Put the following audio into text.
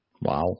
Wow